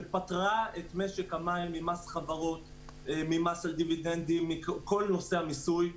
שפטרה את משק המים ממס חברות וכל נושא המיסוי,